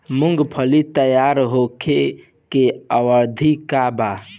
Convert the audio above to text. मूँगफली तैयार होखे के अवधि का वा?